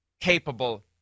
capable